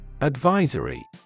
Advisory